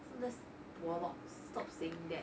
so that's bollocks stop saying that